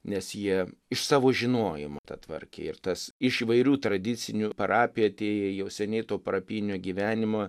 nes jie iš savo žinojimo tą tvarkė ir tas iš įvairių tradicinių parapijų atėję jau seniai to parapijinio gyvenimo